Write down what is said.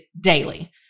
Daily